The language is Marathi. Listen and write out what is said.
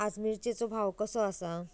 आज मिरचेचो भाव कसो आसा?